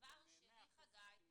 דבר שני, חגי,